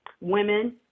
women